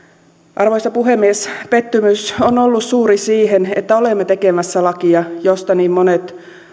arvoisa puhemies pettymys on ollut suuri siihen että olemme tekemässä lakia josta niin monet